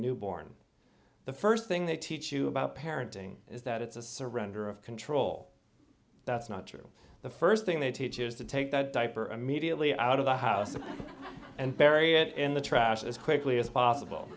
newborn the first thing they teach you about parenting is that it's a surrender of control that's not true the first thing they teach is to take that diaper immediately out of the house and bury it in the trash as quickly as possible